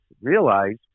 realize